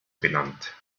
benannt